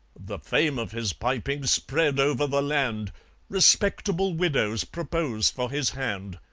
the fame of his piping spread over the land respectable widows proposed for his hand,